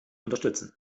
unterstützen